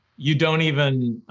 you don't even,